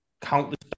Countless